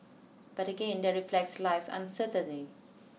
but again there reflects life's uncertainty